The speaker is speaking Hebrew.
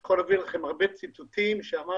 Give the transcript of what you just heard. אני יכול להביא לכם הרבה ציטוטים, שאמר